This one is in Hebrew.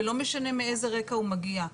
ולא משנה מאיזה רקע הוא מגיע,